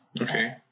Okay